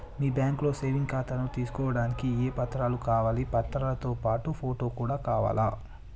మీ బ్యాంకులో సేవింగ్ ఖాతాను తీసుకోవడానికి ఏ ఏ పత్రాలు కావాలి పత్రాలతో పాటు ఫోటో కూడా కావాలా?